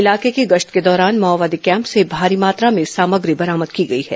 इलाके की गश्त के दौरान माओवादी कैम्प से भारी मात्रा में सामग्री बरामद की गई है